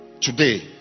Today